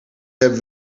hebben